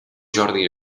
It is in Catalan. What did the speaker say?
jordi